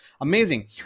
Amazing